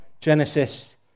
Genesis